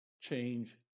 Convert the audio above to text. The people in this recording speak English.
Change